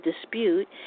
dispute